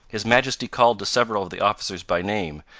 his majesty called to several of the officers by name,